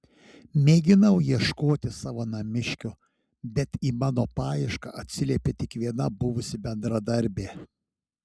mėginau ieškoti savo namiškių bet į mano paiešką atsiliepė tik viena buvusi bendradarbė